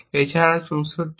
এছাড়াও 64 হয়